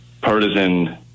partisan